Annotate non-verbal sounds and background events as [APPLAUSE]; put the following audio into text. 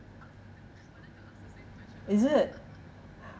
is it [BREATH]